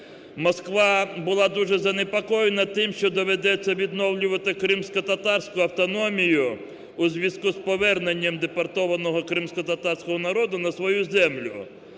Москва була дуже занепокоєна тим, що доведеться відновлювати кримськотатарську автономію у зв'язку з поверненням депортованого кримськотатарського народу на свою землю.